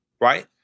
Right